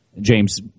James